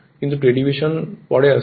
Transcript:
কিন্তু ডেরিভেশন পরে আছে